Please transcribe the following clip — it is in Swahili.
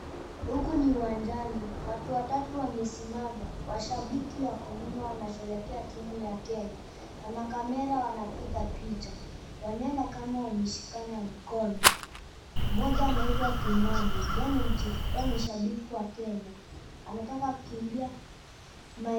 Huku ni uwanjani, watu watatu wamesimama, washabiki wako nyuma wanasheria timu ya Kenya. Wana camera wanapigwa picha. Wanaenda kama wameshikana mikono. Mmoja anaitwa Kimani yeye ni shabiki wa Kenya. Anataka kukimbia mai..